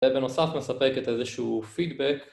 ובנוסף מספקת איזשהו פידבק